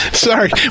Sorry